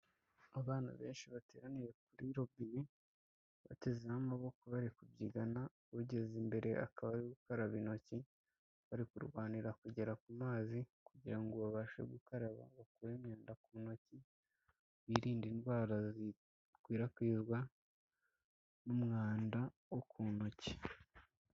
Abana benshi bateraniye kuri robine, batezeho amaboko bari kubyigana, ugeze imbere akaba ari we ukaraba intoki, bari kurwanira kugera ku mazi kugira ngo babashe gukaraba bakure imyanda ku ntoki, birinde indwara zikwirakwizwa n'umwanda wo ku ntoki.